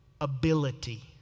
ability